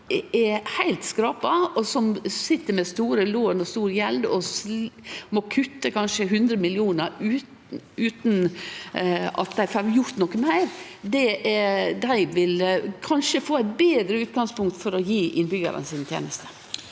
er heilt skrapa, og som sit med store lån og stor gjeld og må kutte kanskje 100 mill. kr utan at dei får gjort noko meir, kanskje vil få eit betre utgangspunkt for å gje innbyggjarane sine tenester.